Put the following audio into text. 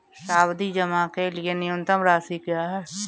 सावधि जमा के लिए न्यूनतम राशि क्या है?